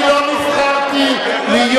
אני לא נבחרתי להיות